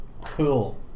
Cool